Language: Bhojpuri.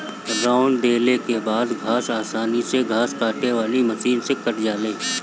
रौंद देले के बाद घास आसानी से घास काटे वाली मशीन से काटा जाले